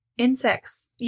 insects